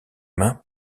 mains